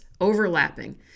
overlapping